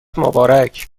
مبارک